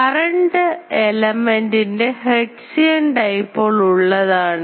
current element ൻറെ Hertzian dipole ഉള്ളതാണ്